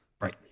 Right